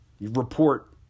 report